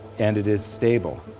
and it is stable.